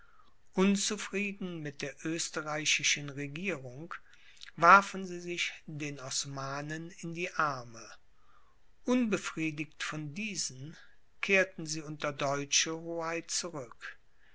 unzufrieden mit der österreichischen regierung warfen sie sich den osmanen in die arme unbefriedigt von diesen kehrten sie unter deutsche hoheit zurück